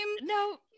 No